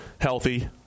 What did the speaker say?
healthy